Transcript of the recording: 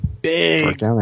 Big